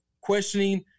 questioning